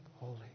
holy